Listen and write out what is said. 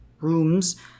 rooms